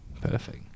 Perfect